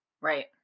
Right